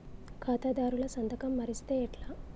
ఖాతాదారుల సంతకం మరిస్తే ఎట్లా?